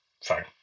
sorry